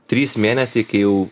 trys mėnesiai kai jau